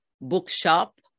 bookshop